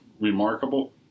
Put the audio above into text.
remarkable